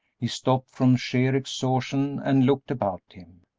he stopped from sheer exhaustion and looked about him.